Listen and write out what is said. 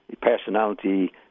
personality